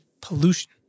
pollution